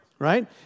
right